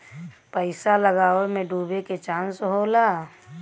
पइसा लगावे मे डूबे के चांस होला